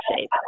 shape